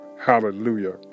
Hallelujah